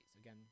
Again